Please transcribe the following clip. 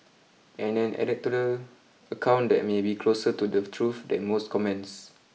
and an anecdotal account that may be closer to the truth than most comments